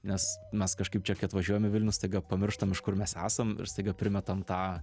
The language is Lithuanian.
nes mes kažkaip čia kai atvažiuojam į vilnių staiga pamirštam iš kur mes esam ir staiga primetam tą